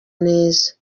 neza